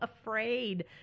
afraid